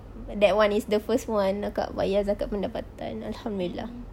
that [one] is the first one akak bayar zakat pendapatan alhamdulillah